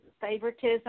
favoritism